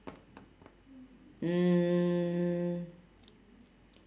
mm